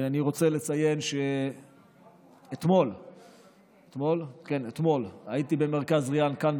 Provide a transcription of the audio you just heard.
אני רוצה לציין שאתמול הייתי במרכז ריאן כאן,